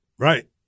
Right